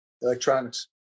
Electronics